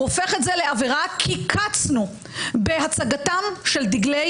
הוא הופך את זה לעבירה כי קצנו בהצגתם של דגלי